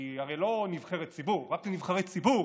היא הרי לא נבחרת ציבור, רק לנבחרי ציבור